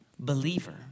Believer